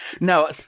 No